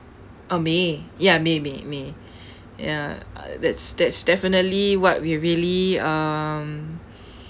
oh may ya may may may ya uh that's that's definitely what we really um